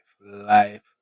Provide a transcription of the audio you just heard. life